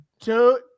two